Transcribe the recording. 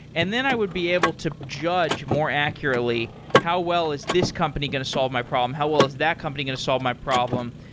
and then i would be able to judge more accurately how well is this company going to solve my problem. how well is that company going to solve my problem,